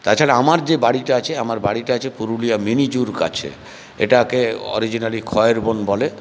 তাছাড়া আমার যে বাড়িটা আছে আমার বাড়িটা আছে পুরুলিয়ার মিনিজুর কাছে এটাকে অরিজিনালি খয়েরবন বলে